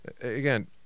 again